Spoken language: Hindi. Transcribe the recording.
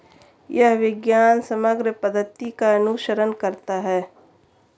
यह विज्ञान समग्र पद्धति का अनुसरण करता है